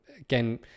again